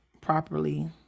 properly